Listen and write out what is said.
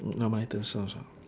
n~ normal item sounds ah